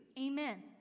Amen